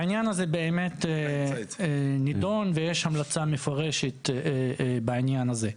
העניין הזה באמת נידון ויש המלצה מפורשת בעניין הזה.